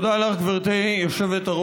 תודה לך, גברתי היושבת-ראש.